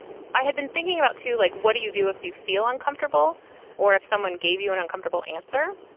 i had been thinking about too, like, what do you do if you feel uncomfortable or if someone gave you an uncomfortable answer?